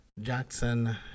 Jackson